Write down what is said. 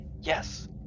Yes